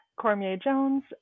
Cormier-Jones